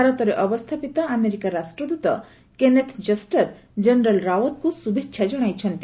ଭାରତରେ ଅବସ୍ଥାପିତ ଆମେରିକା ରାଷ୍ଟ୍ରଦୂତ କେନେଥ୍ ଜଷ୍ଟର୍ ଜେନେରାଲ୍ ରାଓ୍ୱତଙ୍କୁ ଶୁଭେଚ୍ଛା ଜଣାଇଛନ୍ତି